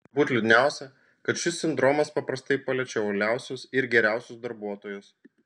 turbūt liūdniausia kad šis sindromas paprastai paliečia uoliausius ir geriausius darbuotojus